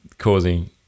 Causing